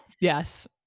Yes